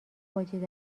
واجد